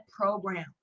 program